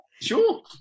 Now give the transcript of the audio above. sure